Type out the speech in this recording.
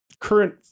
current